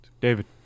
David